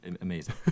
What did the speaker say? amazing